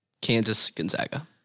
Kansas-Gonzaga